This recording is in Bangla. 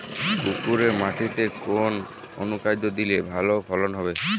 কাঁকুরে মাটিতে কোন অনুখাদ্য দিলে ভালো ফলন হবে?